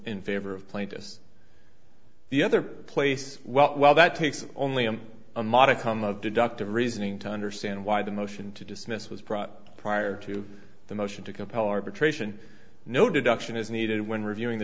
in favor of plaintiffs the other place well that takes only him a modicum of deductive reasoning to understand why the motion to dismiss was proper prior to the motion to compel arbitration no deduction is needed when reviewing the